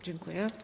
Dziękuję.